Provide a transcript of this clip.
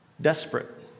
desperate